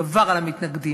גבר על המתנגדים,